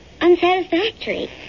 unsatisfactory